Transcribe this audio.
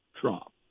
Trump